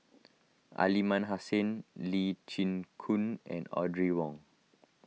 Aliman Hassan Lee Chin Koon and Audrey Wong